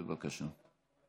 בבקשה.